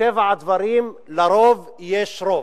מטבע הדברים, לרוב יש רוב,